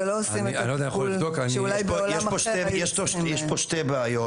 ולא עושים את הטיפול שאולי בעולם אחר היו צריכים --- אפשר לבדוק,